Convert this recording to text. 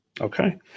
Okay